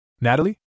Natalie